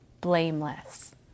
blameless